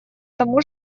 тому